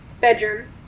Bedroom